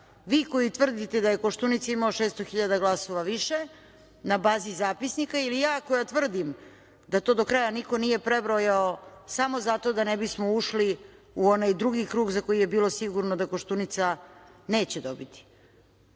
vi koji tvrdite da je Koštunica imao 600.000 glasova više, na bazi zapisnika, ili ja koja tvrdim da to do kraja niko nije prebrojao samo zato da ne bismo ušli u onaj drugi krug za koji je bilo sigurno da Koštunica neće dobiti. Desili